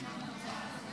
נתקבל.